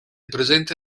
presente